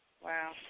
Wow